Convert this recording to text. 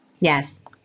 Yes